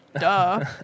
duh